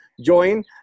join